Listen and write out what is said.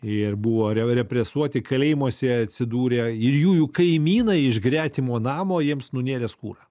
ir buvo re represuoti kalėjimuose atsidūrė ir jų jų kaimynai iš gretimo namo jiems nunėrė skūrą